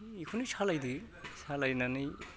बेखौनो सालायदो सालायनानै